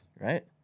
right